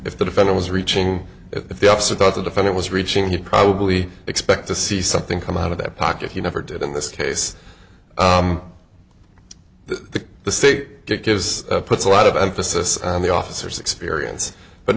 if the defendant was reaching if the officer thought the defendant was reaching he'd probably expect to see something come out of their pocket he never did in this case the the state gives puts a lot of emphasis on the officers experience but